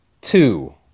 Two